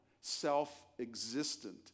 self-existent